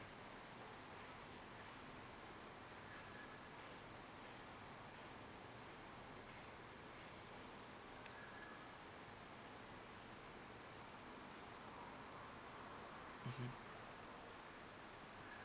mmhmm